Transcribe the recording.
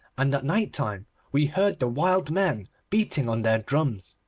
and at night-time we heard the wild men beating on their drums.